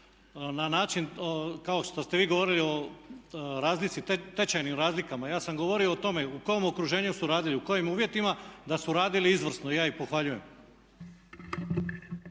na način kao što ste vi govorili o razlici, tečajnim razlikama. Ja sam govorio o tome u kom okruženju su radili, u kojim uvjetima, da su radili izvrsno i ja ih pohvaljujem.